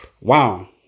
Wow